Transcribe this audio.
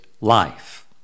life